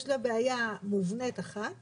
יש לה בעיה מובנית אחת